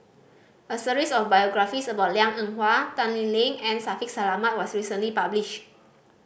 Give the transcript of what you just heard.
a series of biographies about Liang Eng Hwa Tan Lee Leng and Shaffiq Selamat was recently publish